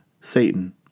Satan